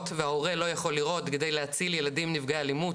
וההורה לא יכול לראות כדי להציל ילדים נפגעי אלימות,